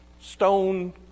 stone